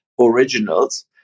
originals